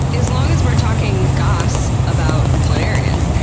as long as we're talking goss' about planarians,